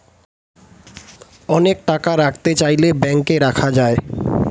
অনেক টাকা রাখতে চাইলে ব্যাংকে রাখা যায়